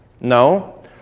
No